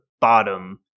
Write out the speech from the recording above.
bottom